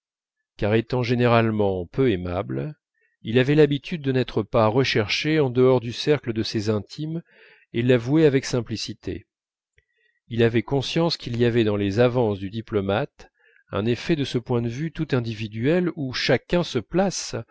car étant généralement peu aimable il avait l'habitude de n'être pas recherché en dehors du cercle de ses intimes et l'avouait avec simplicité il avait conscience qu'il y avait dans les avances du diplomate un effet de ce point de vue tout individuel où chacun se place